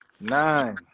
nine